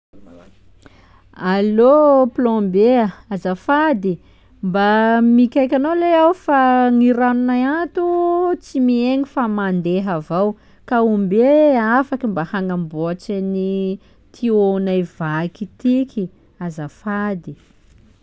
Allô plombier a, azafady! Mba mikaiky anao leha aho fa gny ranonay ato tsy mihegny fa mandeha avao ombie ihe afaky mba hagnamboatsa an'ny tiônay vaky itiky, azafady!